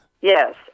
Yes